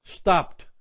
stopped